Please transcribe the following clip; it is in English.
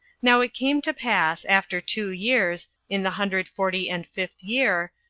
now it came to pass, after two years, in the hundred forty and fifth year,